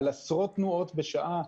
על עשרות תנועות בשעה.